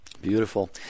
Beautiful